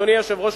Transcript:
אדוני היושב-ראש,